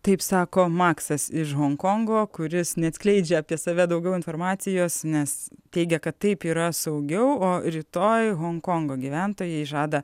taip sako maksas iš honkongo kuris neatskleidžia apie save daugiau informacijos nes teigia kad taip yra saugiau o rytoj honkongo gyventojai žada